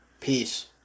Peace